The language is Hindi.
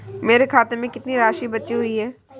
मेरे खाते में कितनी राशि बची हुई है?